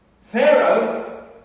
Pharaoh